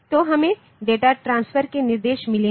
तब हमें data transfer के निर्देश मिले हैं